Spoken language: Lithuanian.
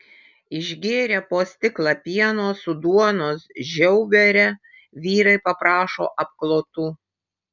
išgėrę po stiklą pieno su duonos žiaubere vyrai paprašo apklotų